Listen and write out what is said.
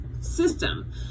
system